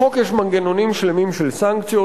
בחוק יש מנגנונים שלמים של סנקציות.